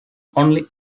only